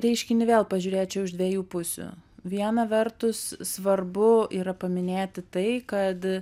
reiškinį vėl pažiūrėčiau iš dviejų pusių viena vertus svarbu yra paminėti tai kad